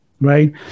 right